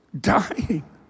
dying